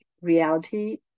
reality